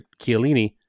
Chiellini